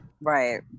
Right